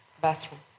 bathroom